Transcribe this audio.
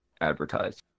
advertise